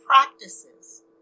practices